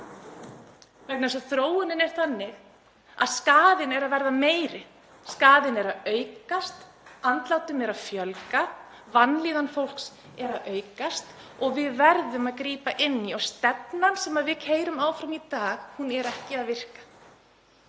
vegna þess að þróunin er þannig að skaðinn er að verða meiri, skaðinn er að aukast, andlátum er að fjölga, vanlíðan fólks er að aukast og við verðum að grípa inn í. Stefnan sem við keyrum áfram í dag er ekki að virka.